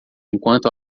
enquanto